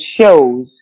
shows